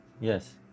Yes